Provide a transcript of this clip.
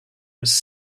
was